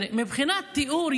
מבחינת תיאור,